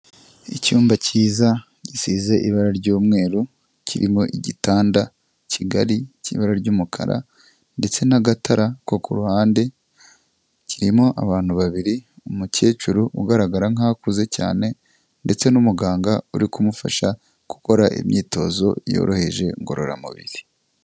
Icyumba cyiza gisize ibara ry'umweru, kirimo igitanda kigari cy'ibara ry'umukara ndetse n'agatara ko ku ruhande, kirimo abantu babiri umukecuru ugaragara nk'aho akuze cyane ndetse n'umuganga uri kumufasha gukora imyitozo yoroheje ngororamubiri.